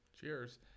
Cheers